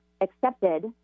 accepted